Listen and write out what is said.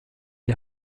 die